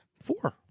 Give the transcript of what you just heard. Four